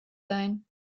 sein